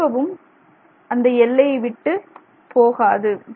திரும்பவும் அந்த எல்லையை விட்டு போகாது